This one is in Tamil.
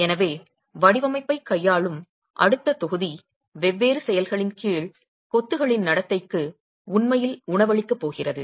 எனவே வடிவமைப்பைக் கையாளும் அடுத்த தொகுதி வெவ்வேறு செயல்களின் கீழ் கொத்துகளின் நடத்தைக்கு உண்மையில் உணவளிக்கப் போகிறது